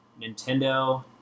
Nintendo